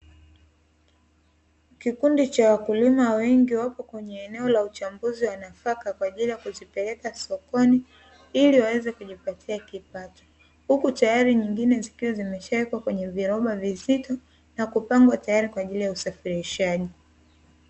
Kikundi cha wakulima wengi wapo kwenye eneo la uchambuzi wa nafaka kwa ajili ya kuzipeleka sokoni, ili waweze kujipatia kipato, huku tayari nyingine zikiwa zimeshawekwa kwenye viroba vizito na kupangwa tayari kwa ajili ya usafirishaji.